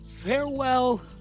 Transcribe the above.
Farewell